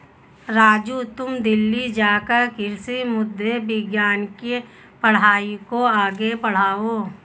राजू तुम दिल्ली जाकर कृषि मृदा विज्ञान के पढ़ाई को आगे बढ़ाओ